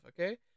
okay